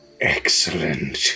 Excellent